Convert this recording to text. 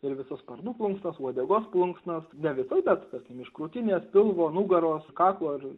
ir visas sparnų plunksnas uodegos plunksnas ne visai bet tarkim iš krūtinės pilvo nugaros kaklo ir